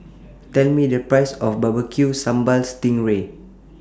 Tell Me The Price of Bbq Sambal Sting Ray